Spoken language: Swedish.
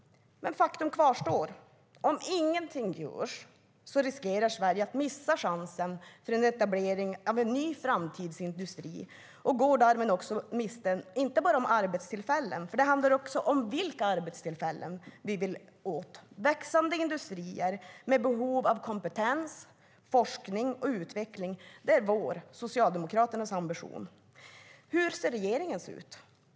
Men faktum kvarstår. Om ingenting görs riskerar Sverige att missa chansen till en etablering av en ny framtidsindustri. Därmed går man inte bara miste om arbetstillfällen. Det handlar också om vilka arbetstillfällen vi vill åt. Växande industrier med behov av kompetens, forskning och utveckling är vår, Socialdemokraternas, ambition. Hur ser regeringens ut?